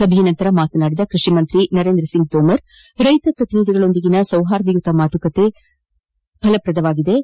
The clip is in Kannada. ಸಭೆಯ ನಂತರ ಮಾತನಾಡಿದ ಕೃಷಿ ಸಚಿವ ನರೇಂದ್ರ ಸಿಂಗ್ ತೋಮರ್ ರೈತ ಪ್ರತಿನಿಧಿಗಳೊಂದಿಗೆ ಸೌಹಾರ್ದಯುತ ಮಾತುಕತೆ ನಡೆಯಿತು